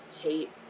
hate